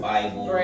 Bible